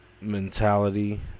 mentality